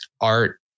art